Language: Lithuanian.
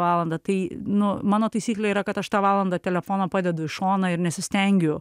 valandą tai nu mano taisyklė yra kad aš tą valandą telefoną padedu į šoną ir nesistengiu